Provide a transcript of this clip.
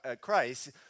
Christ